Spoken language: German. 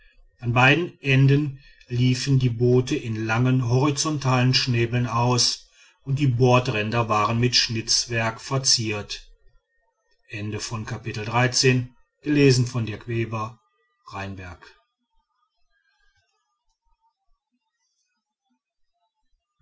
an beiden enden liefen die boote in lange horizontale schnäbel aus und die bordränder waren mit schnitzwerk verziert